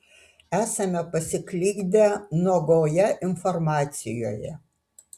esame pasiklydę nuogoje informacijoje